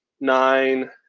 nine